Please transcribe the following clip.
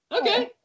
Okay